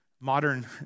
modern